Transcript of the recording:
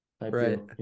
right